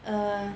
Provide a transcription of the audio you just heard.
err